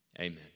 amen